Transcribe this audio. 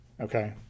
Okay